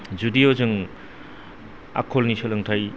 जुदिय' जों आखलनि सोलोंथाय